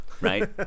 right